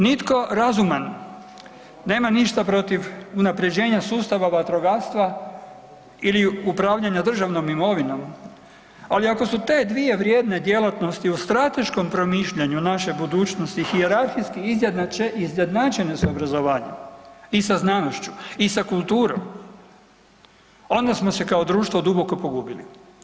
Nitko razuman nema ništa protiv unapređenja sustava vatrogastva ili upravljanja državnom imovinom, ali ako su te dvije vrijedne djelatnosti u strateškom promišljanju naše budućnosti, hijerarhijski izjednačene sa obrazovanjem i sa znanošću, i sa kulturom onda smo se kao društvo duboko pogubili.